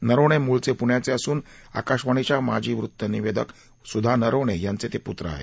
नरवणे मूळचे पुण्याचे असून आकाशवाणीच्या माजी वृत्तनिवेदक सुधा नरवणे यांचे ते पुत्र आहेत